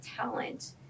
talent